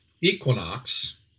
equinox